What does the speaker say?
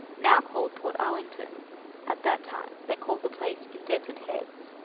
now called port arlington at that time they called the place indented heads.